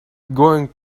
going